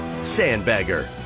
sandbagger